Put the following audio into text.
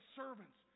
servants